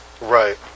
Right